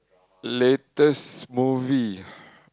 latest movie